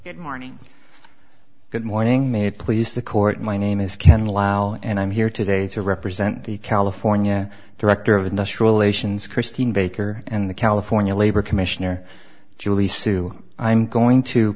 good morning good morning may please the court my name is ken lyle and i'm here today to represent the california director of industrial relations christine baker and the california labor commissioner julie sue i'm going to